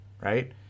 Right